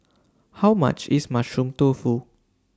How much IS Mushroom Tofu